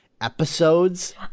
episodes